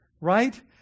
right